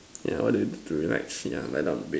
yeah what do you do to relax lie down on the bed